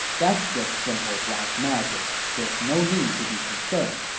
that's just simple black magic there's no need to be concerned.